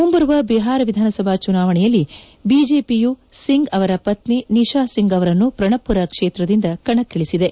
ಮುಂಬರುವ ಬಿಹಾರ ವಿಧಾನಸಭಾ ಚುನಾವಣೆಯಲ್ಲಿ ಬಿಜೆಪಿಯು ಸಿಂಗ್ ಅವರ ಪತ್ನಿ ನಿಶಾ ಸಿಂಗ್ ಅವರನ್ನು ಪ್ರಣಪುರ ಕ್ಷೇತ್ರದಿಂದ ಕಣಕ್ಕಿಳಿಸಿದೆ